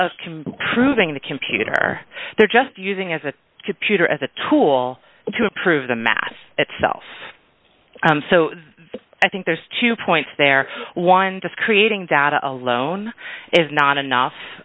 can proving the computer they're just using as a computer as a tool to improve the math itself so i think there's two points there one just creating data alone is not enough